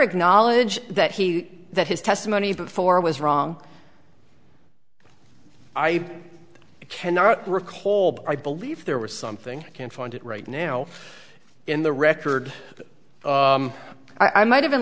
acknowledge that he that his testimony before was wrong i i cannot recall but i believe there was something i can find it right now in the record i might have been